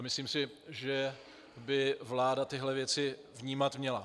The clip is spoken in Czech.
Myslím si, že by vláda tyto věci vnímat měla.